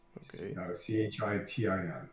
C-H-I-T-I-N